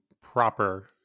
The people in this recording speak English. proper